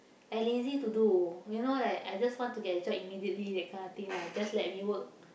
I lazy to do you know like I just want to get a job immediately that kind of thing lah just let me work